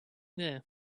there